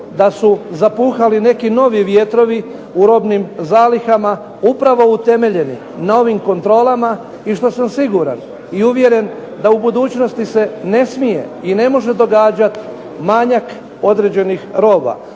da su zapuhali neki novi vjetrovi u robnim zalihama upravo utemeljeni na ovim kontrolama i što sam siguran i uvjeren, da u budućnosti se ne smije i ne može događat manjak određenih roba.